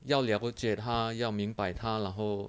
要了解他要明白他然后